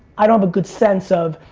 i don't have a good sense of,